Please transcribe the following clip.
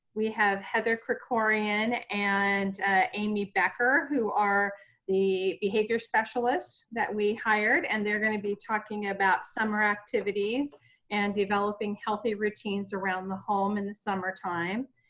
we have heather krikorian and amy becker who are the behavior specialists that we hired and they're gonna be talking about summer activities and developing healthy routines around the home in the summertime.